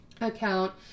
account